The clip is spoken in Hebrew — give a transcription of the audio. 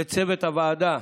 לצוות הוועדה,